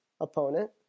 opponent